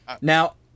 now